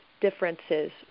differences